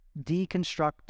deconstruct